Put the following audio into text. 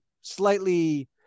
slightly